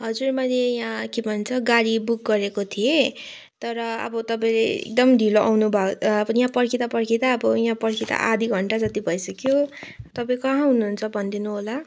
हजुर मैले यहाँ के भन्छ गाडी बुक गरेको थिएँ तर अब तपाईँले एकदम ढिलो आउनु भयो यहाँ पर्खदा पर्खदा अब यहाँ पर्खदा आधा घण्टा जति भइसक्यो तपाईँ कहाँ हुनुहुन्छ भनिदिनु होला